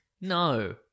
No